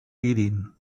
eating